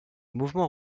mouvement